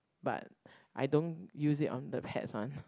but I don't use it on the pets one